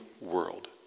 world